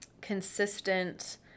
consistent